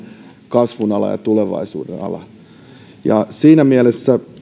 kasvun ala ja tulevaisuuden ala siinä mielessä